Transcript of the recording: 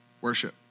worship